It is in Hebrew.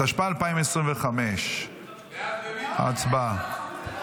התשפ"ה 2025. הצבעה.